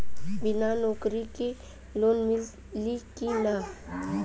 बिना नौकरी के लोन मिली कि ना?